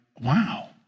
wow